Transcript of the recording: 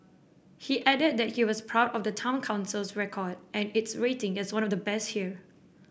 he added that he was proud of the Town Council's record and its rating as one of the best here